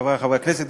חברי חברי הכנסת,